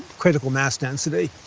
critical mass density,